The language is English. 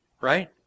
Right